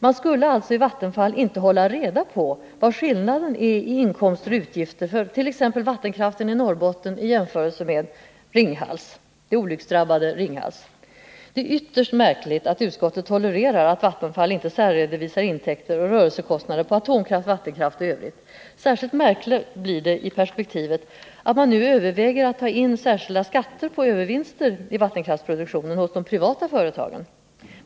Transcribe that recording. Man skulle alltså i Vattenfall inte hålla reda på vad skillnaden är i fråga om inkomster och utgifter för t.ex. vattenkraften i Norrbotten i jämförelse med t.ex. det olycksdrabbade Ringhals. Det är ytterst märkligt att utskottet tolererar att Vattenfall inte särredovisar intäkter och rörelsekostnader vid atomkraft, vattenkraft och övrigt. Särskilt märkligt blir det i perspektivet att man nu överväger att ta in särskilda skatter på övervinster i vattenkraftsproduktionen vid de privata företagen.